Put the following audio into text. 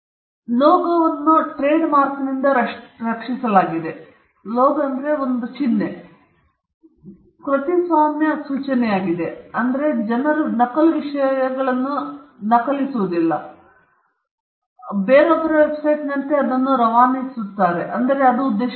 speaker 1 ಲೋಗೋವನ್ನು ಟ್ರೇಡ್ಮಾರ್ಕ್ನಿಂದ ರಕ್ಷಿಸಲಾಗಿದೆ ಆದರೆ ಪಾಯಿಂಟ್ ಕೃತಿಸ್ವಾಮ್ಯ ಸೂಚನೆಯಾಗಿದೆ ಆದ್ದರಿಂದ ಜನರು ನಕಲು ವಿಷಯಗಳನ್ನು ನಕಲಿಸುವುದಿಲ್ಲ ಮತ್ತು ಅದನ್ನು ಹಾಕುತ್ತಾರೆ ಮತ್ತು ಬೇರೊಬ್ಬರ ವೆಬ್ಸೈಟ್ನಂತೆ ಅದನ್ನು ರವಾನಿಸಿ ಅದು ಅದರ ಉದ್ದೇಶವಾಗಿದೆ